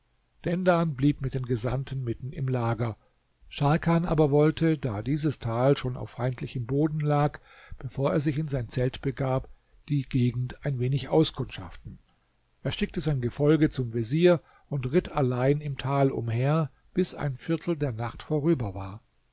dendan blieb mit den gesandten mitten im lager scharkan aber wollte da dieses tal schon auf feindlichem boden lag bevor er sich in sein zelt begab die gegend ein wenig auskundschaften er schickte sein gefolge zum vezier und ritt allein im tal umher bis ein viertel der nacht vorüber war